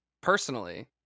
personally